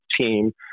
team